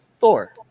Thor